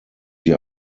sie